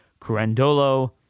Curandolo